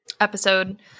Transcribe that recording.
episode